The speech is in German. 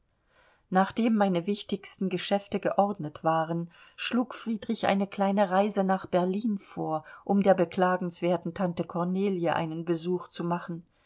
nachdem meine wichtigsten geschäfte geordnet waren schlug friedrich eine kleine reise nach berlin vor um der beklagenswerten tante kornelie einen besuch zu machen